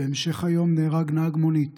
בהמשך היום נהרג נהג מונית